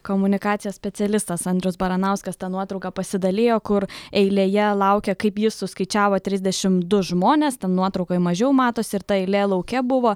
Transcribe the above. komunikacijos specialistas andrius baranauskas ta nuotrauka pasidalijo kur eilėje laukia kaip jis suskaičiavo trisdešim du žmonės nuotraukoj mažiau matosi ir ta eilė lauke buvo